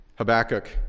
Habakkuk